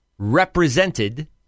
represented